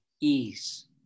ease